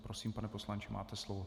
Prosím, pane poslanče, máte slovo.